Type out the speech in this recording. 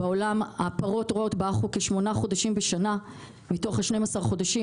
בעולם הפרות רועות באחו כשמונה חודשים בשנה מתוך 12 חודשים,